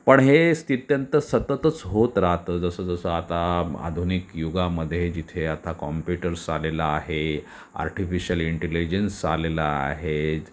पण हे स्थित्यंतर सततच होत राहतं जसं जसं आता आधुनिक युगामध्ये जिथे आता कॉम्प्युटर्स आलेला आहे आर्टिफिशयल इंटेलिजन्स आलेलं आहेत